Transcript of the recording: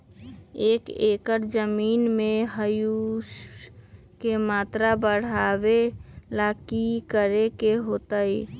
एक एकड़ जमीन में ह्यूमस के मात्रा बढ़ावे ला की करे के होतई?